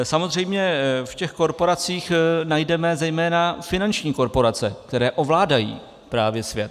Samozřejmě v těch korporacích najdeme zejména finanční korporace, které ovládají právě svět.